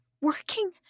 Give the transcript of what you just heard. working